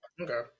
Okay